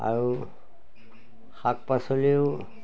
আৰু শাক পাচলিও